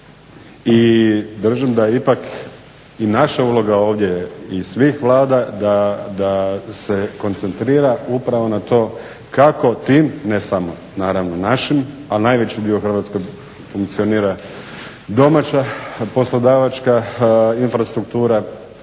I držim da ipak i naša uloga ovdje i svih vlada da se koncentrira upravo na to kako tim ne samo naravno našim, a najveći dio Hrvatske funkcionira domaća poslodavačka infrastruktura